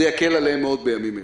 זה יקל עליהם מאוד בימים אלה.